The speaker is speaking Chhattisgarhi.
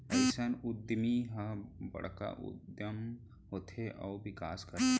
अइसन उद्यमी ह बड़का उद्यम होथे अउ बिकास करथे